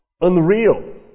unreal